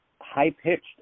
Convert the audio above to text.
high-pitched